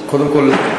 קודם כול,